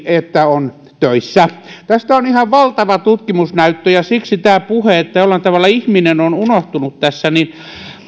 että on töissä tästä on ihan valtava tutkimusnäyttö ja siksi tämä puhe että jollain tavalla ihminen on unohtunut tässä